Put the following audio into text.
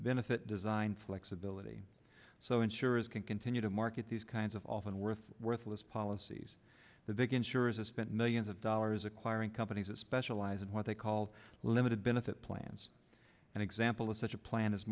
if it designed flexibility so insurers can continue to market these kinds of often worth worthless policies the big insurers are spent millions of dollars acquiring companies that specialize in what they call limited benefit plans an example of such a plan is